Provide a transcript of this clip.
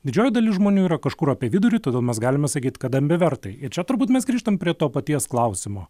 didžioji dalis žmonių yra kažkur apie vidurį todėl mes galime sakyt kad ambivertai ir čia turbūt mes grįžtam prie to paties klausimo